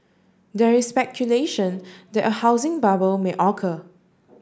there is speculation that a housing bubble may occur